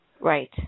Right